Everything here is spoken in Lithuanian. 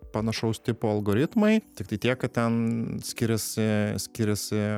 panašaus tipo algoritmai tiktai tiek kad ten skiriasi skiriasi